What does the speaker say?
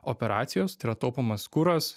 operacijos tai yra taupomas kuras